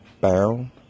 Bound